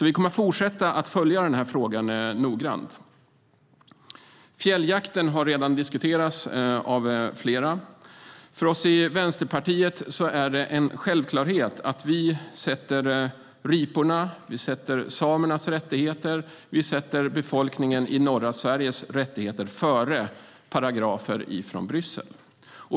Vi kommer att fortsätta att följa den här frågan noggrant. Fjälljakten har redan diskuterats av flera. För oss i Vänsterpartiet är det en självklarhet att vi sätter riporna, samernas rättigheter och rättigheterna för befolkningen i norra Sverige före paragrafer från Bryssel.